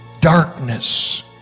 darkness